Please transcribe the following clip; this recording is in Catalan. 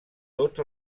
tots